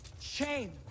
shame